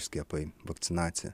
skiepai vakcinacija